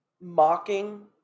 mocking